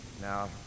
Now